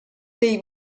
dei